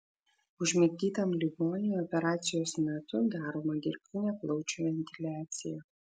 užmigdytam ligoniui operacijos metu daroma dirbtinė plaučių ventiliacija